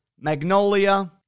Magnolia